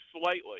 slightly